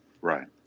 Right